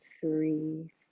three